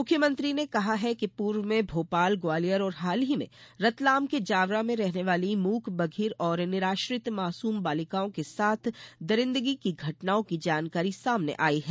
मुख्यमंत्री ने कहा है कि पूर्व में भोपाल ग्वालियर और हाल ही में रतलाम के जावरा में रहने वाली मूक बधिर और निराश्रित मासूम बालिकाओं के साथ दरिंदगी की घटनाओं की जानकारी सामने आयी हैं